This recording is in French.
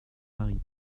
marie